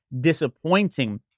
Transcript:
disappointing